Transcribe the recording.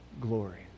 glory